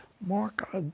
Mark